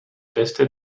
beste